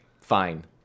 fine